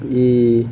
ఈ